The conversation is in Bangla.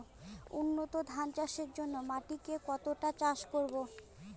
উন্নত ধান চাষের জন্য মাটিকে কতটা চাষ করব?